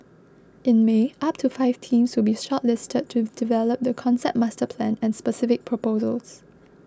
in May up to five teams will be shortlisted to develop the concept master plan and specific proposals